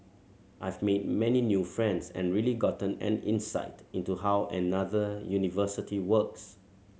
I've made many new friends and really gotten an insight into how another university works